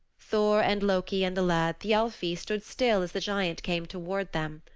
thor and loki and the lad thialfi stood still as the giant came toward them.